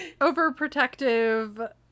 overprotective